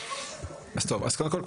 קודם כול,